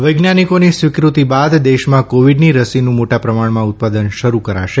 વૈજ્ઞાનીકોની સ્વીકૃતિ બાદ દેશમાં કોવીડની રસીનું મોટા પ્રમાણમાં ઉત્પાદન શરૂ કરાશે